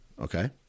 Okay